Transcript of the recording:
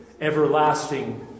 everlasting